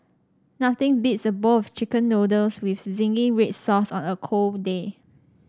nothing beats a bowl of chicken noodles with zingy red sauce on a cold day